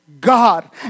god